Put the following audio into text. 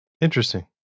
Interesting